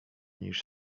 niż